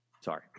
Sorry